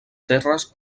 terres